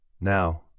Now